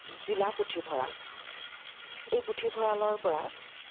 জিলা পুথিভঁৰাল এই পুথিভঁৰালৰ পৰা